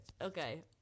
Okay